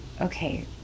okay